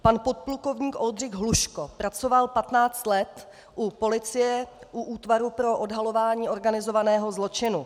Pan podplukovník Oldřich Hluško pracoval patnáct let u policie, u Útvaru pro odhalování organizovaného zločinu.